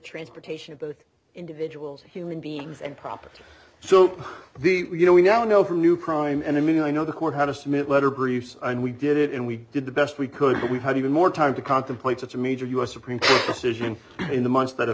transportation of the individuals human beings and property so the you know we now know from new crime and i mean i know the court had to submit letter briefs and we did it and we did the best we could but we had even more time to contemplate such a major u s supreme court decision in the months that have